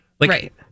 Right